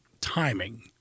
timing